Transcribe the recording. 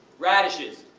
radishes?